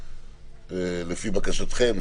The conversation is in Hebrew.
שהוא לבקשתכם,